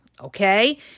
Okay